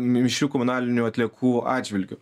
mišrių komunalinių atliekų atžvilgiu